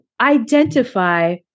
identify